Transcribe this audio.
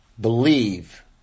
Believe